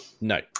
no